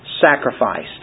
sacrificed